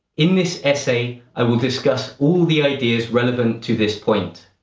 in this essay, i will discuss all the ideas relevant to this point.